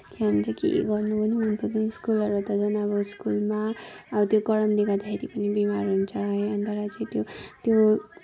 के भन्छ के गर्नु गर्नु स्कुलहरू त झन् अब स्कुलमा त्यो गरमले गर्दाखेरि पनि बिमार हुन्छ है अन्त त्यहाँबाट चाहिँ त्यो त्यो